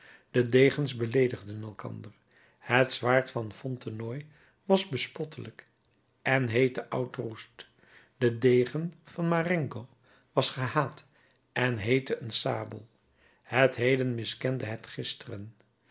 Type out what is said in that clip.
de degens beleedigden elkander het zwaard van fontenoy was bespottelijk en heette oud roest de degen van marengo was gehaat en heette een sabel het heden miskende het gisteren